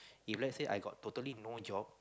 if let's say I got totally no job